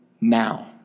Now